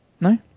No